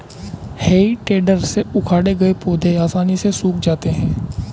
हेइ टेडर से उखाड़े गए पौधे आसानी से सूख जाते हैं